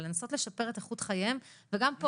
ולנסות לשפר את איכות חייהם וגם פה,